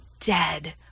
dead